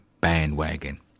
bandwagon